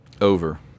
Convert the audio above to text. Over